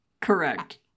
Correct